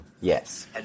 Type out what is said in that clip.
yes